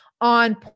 on